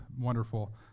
wonderful